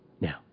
Now